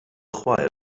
chwaer